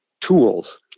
tools